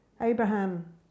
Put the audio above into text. Abraham